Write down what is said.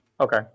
Okay